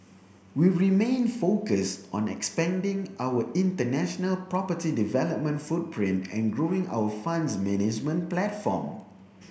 we remain focused on expanding our international property development footprint and growing our funds management platform